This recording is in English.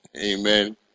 Amen